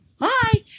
Hi